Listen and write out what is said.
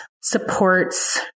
supports